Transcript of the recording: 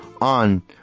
on